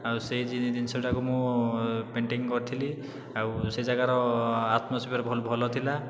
ଆଉ ସେଇ ଜିନିଷଟାକୁ ମୁଁ ପେଣ୍ଟିଙ୍ଗ୍ କରିଥିଲି ଆଉ ସେ ଜାଗାର ଆଟ୍ମୋସ୍ଫୀୟର୍ ଭଲ ଥିଲା